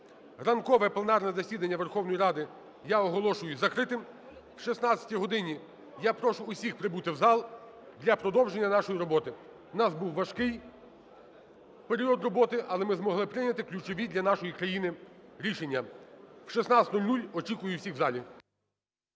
Ранкове пленарне засідання Верховної Ради я оголошую закритим. О 16 годині я прошу всіх прибути в зал для продовження нашої роботи. У нас був важкий період роботи, але ми змогли прийняти ключові для нашої країни рішення. О 16:00 очікую всіх в залі.